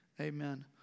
Amen